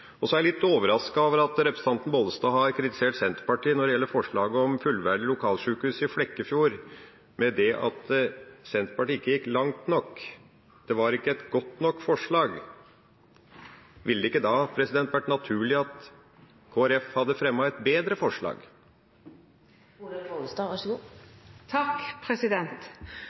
Så er jeg litt overrasket over at representanten Bollestad har kritisert Senterpartiet når det gjelder forslaget om fullverdig lokalsjukehus i Flekkefjord med det at Senterpartiet ikke gikk langt nok, at det ikke var et godt nok forslag. Ville det ikke da vært naturlig at Kristelig Folkeparti hadde fremmet et bedre forslag?